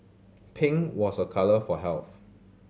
pink was a colour for health